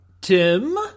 Tim